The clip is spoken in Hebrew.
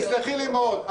תסלחי לי מאוד,